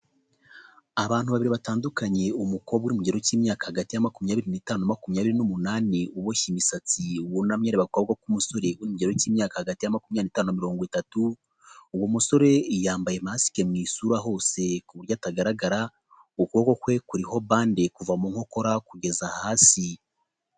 Abantu babiri batandukanye umukobwa mugero cy'imyaka hagati ya makumyabiri n'itanu makumyabiri n'umunani uboshye imisatsi wunamye areba ukuboko k'umusore uri mu kigero cy'imyaka hagati ya makumyabiri na mirongo itatu, uwo musore yambaye masike mu isura hose ku buryo atagaragara ukuboko kwe kuriho bande kuva mu nkokora kugeza hasi.